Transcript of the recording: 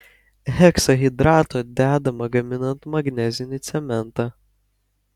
heksahidrato dedama gaminant magnezinį cementą